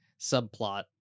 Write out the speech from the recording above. subplot